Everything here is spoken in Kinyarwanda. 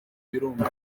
birunga